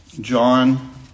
John